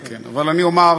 אבל אני אומַר